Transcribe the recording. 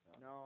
no